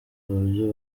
uburyo